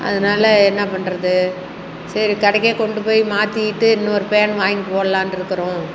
அதனால என்ன பண்றது சரி கடைக்கே கொண்டு போய் மாற்றிட்டு இன்னொரு ஃபேன் வாங்கி போடலான்னு இருக்கிறோம்